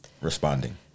responding